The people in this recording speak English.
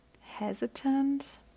hesitant